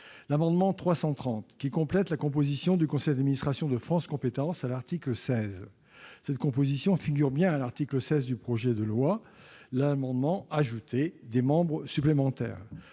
l'amendement n° 330, qui vise à compléter la composition du conseil administration de France compétences à l'article 16. Cette composition figurant bien à l'article 16 du projet de loi, l'amendement tendait à prévoir des membres supplémentaires.